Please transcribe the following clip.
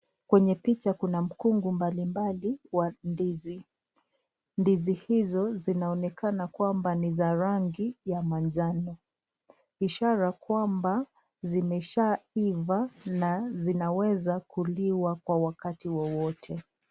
Kwenye picha kuna mkungu mbalimbali wa ndizi. Ndizi hizo zinaonekana kwamba ni za rangi ya manjano. Ishara kwamba zimeshaiva na zinaweza kuliwa kwa wakati wowote.